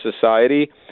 society